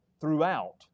throughout